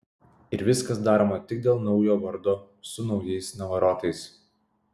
ir viskas daroma tik dėl naujo vardo su naujais navarotais